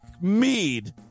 Mead